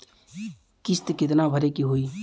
किस्त कितना भरे के होइ?